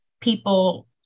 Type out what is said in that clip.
people